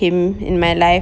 him in my life